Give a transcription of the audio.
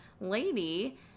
lady